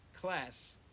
class